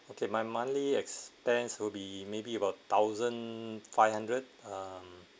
okay my monthly extends will be maybe about thousand five hundred um